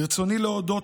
ברצוני להודות,